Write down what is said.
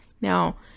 Now